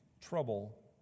trouble